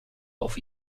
auf